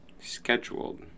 scheduled